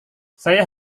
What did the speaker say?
saya